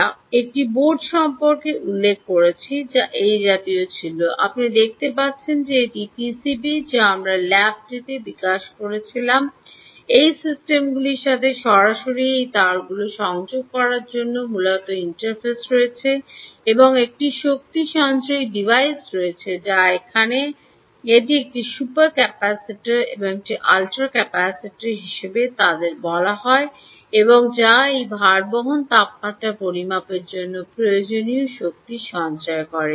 আমরা একটি বোর্ড সম্পর্কে উল্লেখ করেছি যা এই জাতীয় ছিল আপনি দেখতে পাচ্ছেন যে এটি পিসিবি যা আমরা ল্যাবটিতে বিকাশ করেছিলাম এই সিস্টেমগুলির সাথে সরাসরি এই তারগুলি সংযোগ করার জন্য মূলত ইন্টারফেস রয়েছে এবং একটি শক্তি সঞ্চয়ী ডিভাইস রয়েছে যা এখানে রয়েছে এটি একটি সুপার ক্যাপাসিটার বা একটি আল্ট্রা ক্যাপাসিটার হিসাবে তাদের বলা হয় যা এই ভারবহন তাপমাত্রা পরিমাপের জন্য প্রয়োজনীয় শক্তি সঞ্চয় করে